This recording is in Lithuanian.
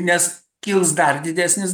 nes kils dar didesnis